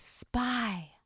spy